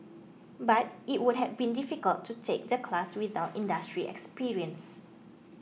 but it would have been difficult to take the class without industry experience